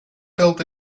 build